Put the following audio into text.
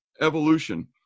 evolution